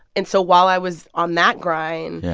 and so while i was on that grind,